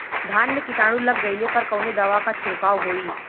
धान में कीटाणु लग गईले पर कवने दवा क छिड़काव होई?